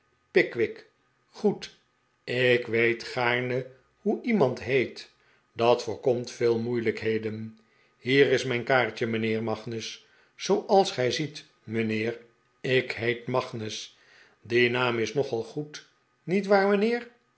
goed ik weet gaarne hoe iemand heet dat voorkomt veel moeilijkheden hier is mijn kaartje mijnheer magnus zooals gij ziet mijnheer ik heet magnus die naam is nogal goed niet waar mijnheer